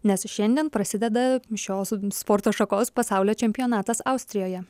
nes šiandien prasideda šios sporto šakos pasaulio čempionatas austrijoje